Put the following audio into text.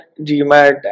GMAT